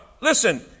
Listen